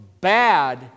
bad